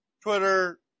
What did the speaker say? Twitter